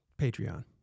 Patreon